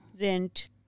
Rent